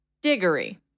Diggory